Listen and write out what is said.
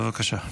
בבקשה.